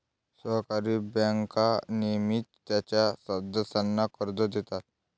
सहकारी बँका नेहमीच त्यांच्या सदस्यांना कर्ज देतात